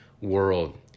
world